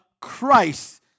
Christ